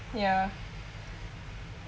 ya